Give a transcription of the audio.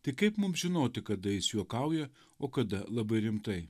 tai kaip mums žinoti kada jis juokauja o kada labai rimtai